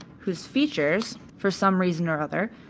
whose features, for some reason or other,